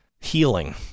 healing